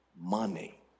money